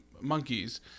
monkeys